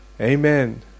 Amen